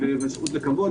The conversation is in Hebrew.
בזכות לכבוד,